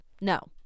no